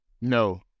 No